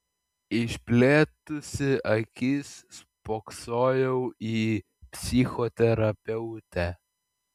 išplėtusi akis spoksojau į psichoterapeutę